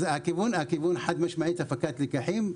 הכיוון הוא חד-משמעית הפקת לקחים,